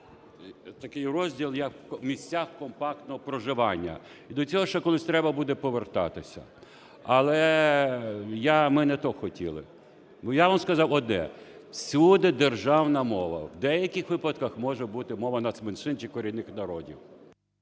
такий розділ як "в місця компактного проживання". І до цього ще колись треба буде повертатися, але я... ми не то хотіли. Я вам сказав одне: всюди державна мова, в деяких випадках може бути мова нацменшин чи корінних народів.